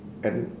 and